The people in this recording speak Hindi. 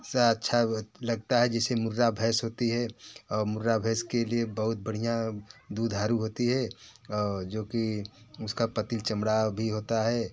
अच्छा लगता है जिसे मुर्रा भैंस होती है और मुर्रा भैंस के लिए बहुत बढ़िया दुधारू होती है और जो कि उसका पतला चमड़ा भी होता है